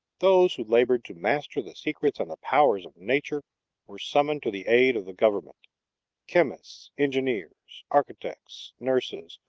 those who labored to master the secrets and the powers of nature were summoned to the aid of the government chemists, engineers, architects, nurses,